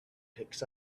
picks